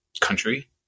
country